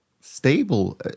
stable